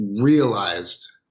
realized